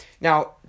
Now